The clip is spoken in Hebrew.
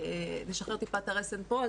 נשחרר טיפה את הרסן פה,